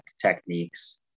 techniques